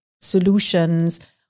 solutions